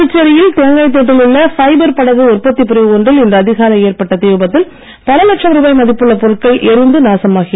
புதுச்சேரியில் தேங்காய்த் திட்டில் உள்ள பைபர் படகு உற்பத்தி பிரிவு ஒன்றில் இன்று அதிகாலை ஏற்பட்ட தீவிபத்தில் பல லட்சம் ரூபாய் மதிப்புள்ள பொருட்கள் எரிந்து நாசமாயின